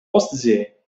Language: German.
ostsee